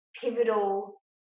pivotal